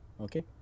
Okay